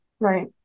Right